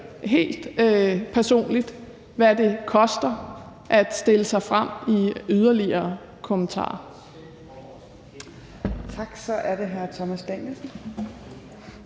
helt personligt, hvad det koster af yderligere kommentarer